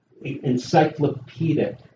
encyclopedic